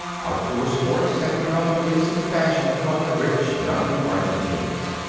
outdoor sports had become the recent fashion among the rich young argentines.